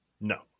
No